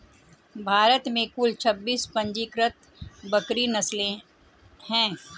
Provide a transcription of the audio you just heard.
भारत में कुल छब्बीस पंजीकृत बकरी नस्लें हैं